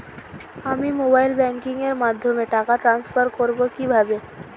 আমি mobile banking এর মাধ্যমে টাকা টান্সফার করব কিভাবে?